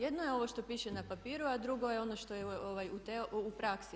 Jedno je ovo što piše na papiru a drugo je ono što je u praksi.